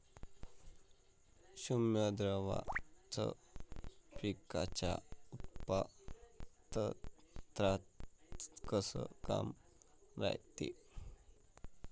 सूक्ष्म द्रव्याचं पिकाच्या उत्पन्नात का काम रायते?